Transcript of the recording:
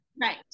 Right